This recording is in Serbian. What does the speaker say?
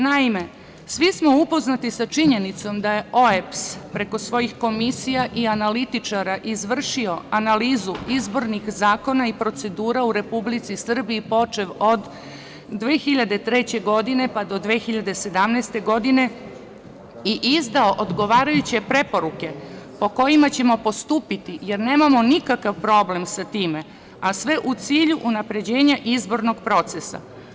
Naime, svi smo upoznati sa činjenicom da je OEBS preko svojih komisija i analitičara izvršio analizu izbornih zakona i procedura u Republici Srbiji počev od 2003. pa do 2017. godine i izdao odgovarajuće preporuke po kojima ćemo postupiti jer nemamo nikakav problem sa time, a sve u cilju unapređenja izbornog procesa.